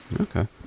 Okay